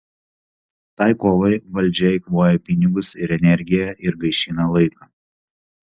tai kovai valdžia eikvoja pinigus ir energiją ir gaišina laiką